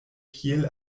kiel